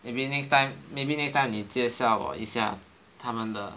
okay maybe next time maybe next time 你介绍一下他们的